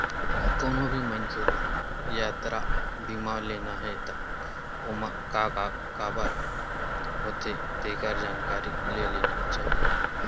कोनो भी मनखे ल यातरा बीमा लेना हे त ओमा का का कभर होथे तेखर जानकारी ले लेना चाही